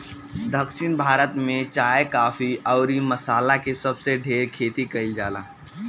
दक्षिण भारत में चाय, काफी अउरी मसाला के सबसे ढेर खेती कईल जाला